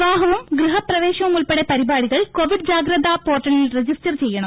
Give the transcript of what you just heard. വിവാഹവും ഗൃഹപ്രവേശവും ഉൾപ്പെടെ പരിപാടികൾ കോവിഡ് ജാഗ്രതാ പോർട്ടലിൽ രജിസ്റ്റർ ചെയ്യണം